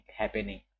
happening